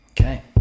Okay